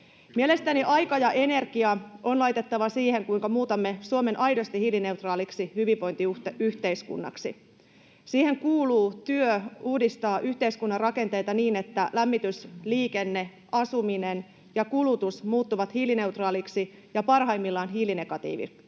Mielestäni aika ja energia on laitettava siihen, kuinka muutamme Suomen aidosti hiilineutraaliksi hyvinvointiyhteiskunnaksi. Siihen kuuluu työ yhteiskunnan rakenteiden uudistamiseksi niin, että lämmitys, liikenne, asuminen ja kulutus muuttuvat hiilineutraaleiksi ja parhaimmillaan hiilinegatiivisiksi.